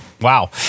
Wow